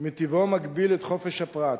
מטיבו מגביל את חופש הפרט.